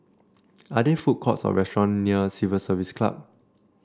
are there food courts or restaurant near Civil Service Club